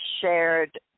shared